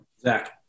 Zach